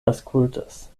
aŭskultas